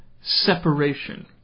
separation